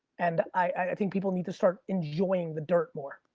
and i think people need to start enjoying the dirt more.